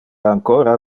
ancora